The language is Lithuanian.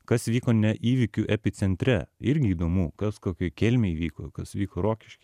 kas įvyko ne įvykių epicentre irgi įdomu kas kokioj kelmėj vyko kas vyko rokišky